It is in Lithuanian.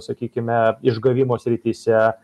sakykime išgavimo srityse